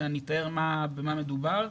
שאני אתאר במה מדובר.